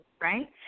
Right